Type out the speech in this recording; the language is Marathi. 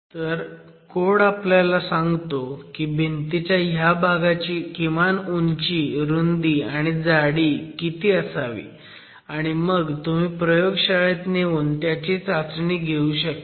तर कोड आपल्याला सांगतो की भिंतीच्या ह्या भागाची किमान उंची रुंदी आणि जाडी किती असावी आणि मग तुम्ही प्रयोगशाळेत नेऊन त्याची चाचणी घेऊ शकता